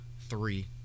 three